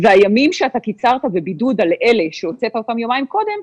והימים שאתה קיצרת זה בידוד על אלה שהוצאת אותם יומיים קודם,